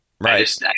Right